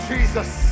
Jesus